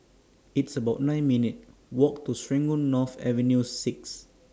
It's about nine minutes' Walk to Serangoon North Avenue six